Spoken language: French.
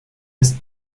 est